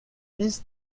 fils